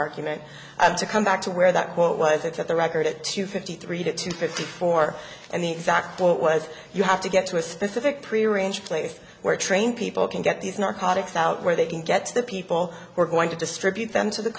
argument and to come back to where that quote what i think that the record at two fifty three to two fifty four and the exact point was you have to get to a specific prearranged place where trained people can get these narcotics out where they can get to the people who are going to distribute them to the